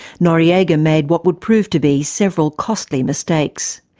noriega made what would prove to be several costly mistakes.